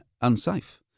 unsafe